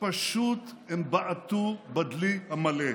פשוט הם בעטו בדלי המלא.